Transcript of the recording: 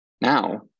Now